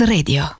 Radio